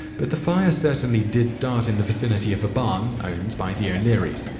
but the fire certainly did start in the vicinity of a barn owned by the o'learys.